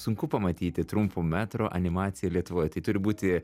sunku pamatyti trumpo metro animaciją lietuvoj tai turi būti